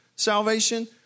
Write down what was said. Salvation